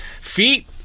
feet